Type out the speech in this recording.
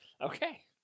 Okay